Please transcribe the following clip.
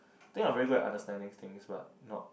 I think I'm very good at understanding things but not